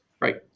Right